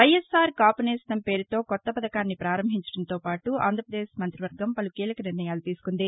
వైఎస్ఆర్ కాఫునేస్తం పేరుతో కొత్త పధకాన్ని పారంభించడంతో పాటు ఆంధ్రపదేశ్ మంతి వర్గం పలు కీలక నిర్ణయాలు తీసుకుంది